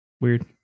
Weird